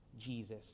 Jesus